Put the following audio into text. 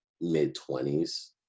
mid-twenties